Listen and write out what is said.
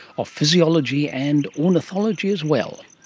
of physiology and ornithology as well,